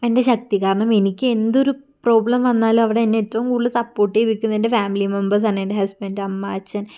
എൻ്റെ ശക്തി കാരണം എനിക്ക് എന്തൊരു പ്രോബ്ലം വന്നാലും അവിടെ എന്നെ ഏറ്റവും കൂടുതൽ സപ്പോർട്ട് ചെയ്തിരിക്കുന്നത് എൻ്റെ ഫാമിലി മെമ്പേഴ്സാണ് എൻ്റെ ഹസ്ബൻഡ് അമ്മ അച്ഛൻ